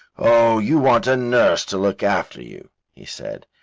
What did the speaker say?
oh, you want a nurse to look after you, he said.